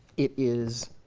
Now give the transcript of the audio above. it is,